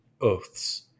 oaths